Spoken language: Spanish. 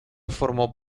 formó